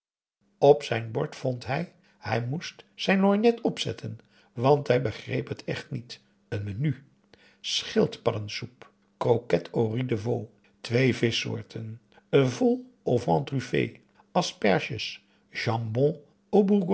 op zijn bord vond hij hij moest zijn lorgnet opzetten want hij begreep het niet recht een menu schildpadsoep croquettes aux ris de veau twee vischsoorten een vol au vent truffé asperges jambon